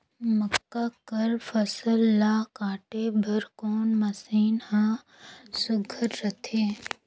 मक्का कर फसल ला काटे बर कोन मशीन ह सुघ्घर रथे?